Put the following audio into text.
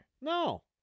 No